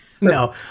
no